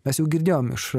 mes jau girdėjom iš